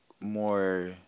more